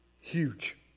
huge